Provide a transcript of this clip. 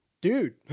dude